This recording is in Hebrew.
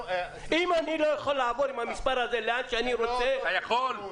אם אני לא יכול לעבור עם המספר הזה לאן שאני רוצה -- אתה יכול.